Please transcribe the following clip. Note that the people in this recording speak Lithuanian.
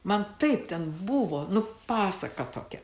man taip ten buvo nu pasaka tokia